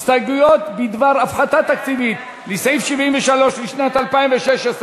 הסתייגויות בדבר הפחתה תקציבית לסעיף 73 לשנת 2016,